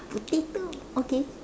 potato okay